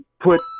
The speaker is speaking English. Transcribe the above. put